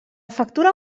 factura